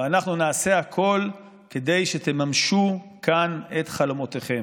ואנחנו נעשה הכול כדי שתממשו כאן את חלומותיכם.